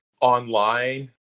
online